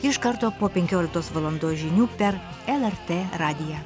iš karto po penkioliktos valandos žinių per lrt radiją